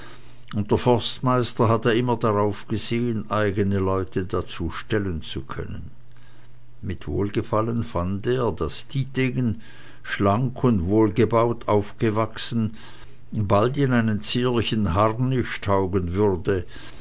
und der forstmeister hatte immer darauf gesehen eigene leute dazu stellen zu können mit wohlgefallen fand er daß dietegen schlank und wohlgebaut aufwachsend bald in einen zierlichen harnisch taugen würde